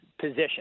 position